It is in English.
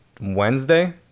wednesday